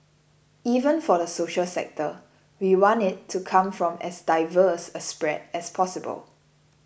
even for the social sector we want it to come from as diverse a spread as possible